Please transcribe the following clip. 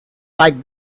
like